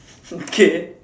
okay